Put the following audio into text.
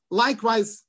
likewise